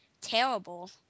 terrible